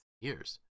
years